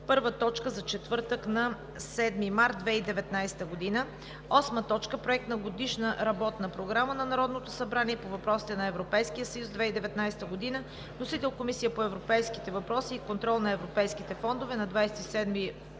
първа за четвъртък, 7 март 2017 г. 8. Проект на Годишна работна програма на Народното събрание по въпросите на Европейския съюз (2019 г.). Вносител: Комисията по европейските въпроси и контрол на европейските фондове на 27 февруари